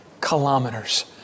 kilometers